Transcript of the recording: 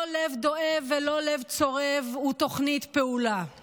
לא לב דואב ולא לב צורב הם תוכנית פעולה,